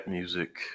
Music